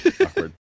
awkward